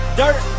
dirt